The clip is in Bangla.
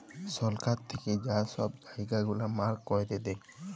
সরকার থ্যাইকে যা ছব জায়গা গুলা মার্ক ক্যইরে দেয়